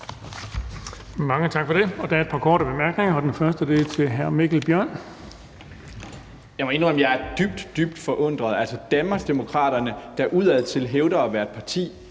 Mange tak for det. Der er et par korte bemærkninger. Den første er til hr. Mikkel Bjørn. Kl. 19:00 Mikkel Bjørn (DF): Jeg må indrømme, at jeg er dybt, dybt forundret. Altså, Danmarksdemokraterne hævder udadtil at være et parti,